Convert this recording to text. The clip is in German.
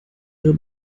ihre